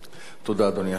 תודה, אדוני השר.